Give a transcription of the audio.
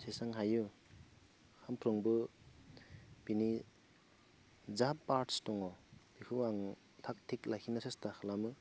जेसेबां हायो सानफ्रोमबो बिनि जा पार्ट दङ बेखौ आं थाक थिक लाखिनो सेस्टा खालामो